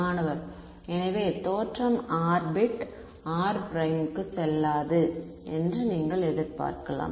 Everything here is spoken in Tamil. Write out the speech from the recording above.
மாணவர் எனவே தோற்றம் r பிட் r ப்ரைம்க்கு செல்லாது என்று நீங்கள் எதிர்பார்க்கலாம்